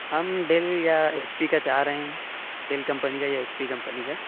ہم ڈیل یا H P کا چاہ رہے ہیں ڈیل کمپنی کا یا ایچ پی کمپنی کا